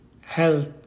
health